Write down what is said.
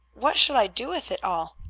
what shall i do with it all?